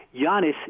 Giannis